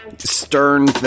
stern